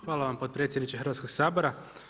Hvala vam potpredsjedniče Hrvatskog sabora.